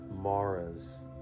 maras